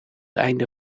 einde